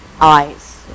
eyes